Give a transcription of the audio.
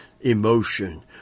emotion